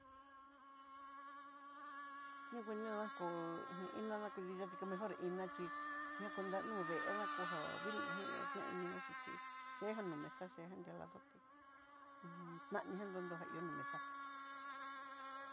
Ñukuñona kóo iná na kudi xhachí ka mejor iná xhí ihá nakú vee na kojá, vulú ján ñá tén ininá xhichí yenján no mesa yejan ñá ladó tí uju nanian dojan ihándo jan ihá no mesa.